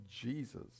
Jesus